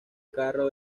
carro